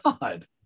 God